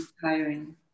tiring